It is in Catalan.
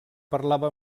parlava